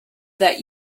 that